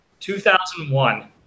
2001